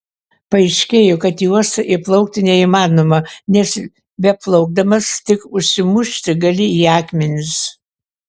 paaiškėjo kad į uostą įplaukti neįmanoma nes beplaukdamas tik užsimušti gali į akmenis